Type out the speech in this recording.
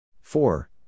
four